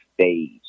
stage